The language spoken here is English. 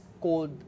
called